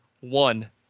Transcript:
one